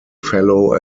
fellow